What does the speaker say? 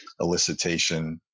elicitation